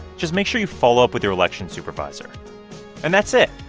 just make sure you follow up with your election supervisor and that's it.